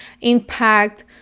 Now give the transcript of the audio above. impact